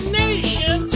nation